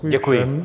Děkuji.